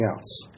else